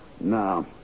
No